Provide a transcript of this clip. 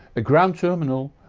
a ground terminal,